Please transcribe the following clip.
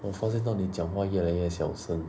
我发现到你讲话越来越小声